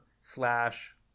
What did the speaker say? slash